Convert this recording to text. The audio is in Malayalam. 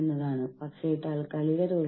ഞാൻ ഇത് നിങ്ങൾക്ക് കാണിച്ചു തരാം